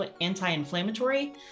anti-inflammatory